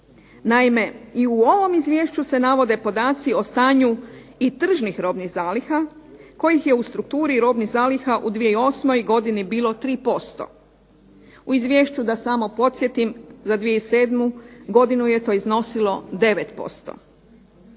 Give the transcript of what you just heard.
Naime, i u ovom izvješću se navode podaci o stanju i tržnih robnih zaliha kojih je u strukturi robnih zaliha u 2008. godini bilo 3%. U izvješću, da samo podsjetim, za 2007. godinu je to iznosilo 9%.